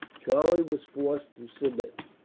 charlie was forced to submit,